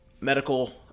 Medical